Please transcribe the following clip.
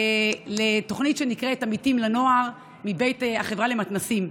לתוכנית שנקראת "עמיתים לנוער" מבית החברה למתנ"סים.